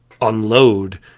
unload